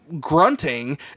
grunting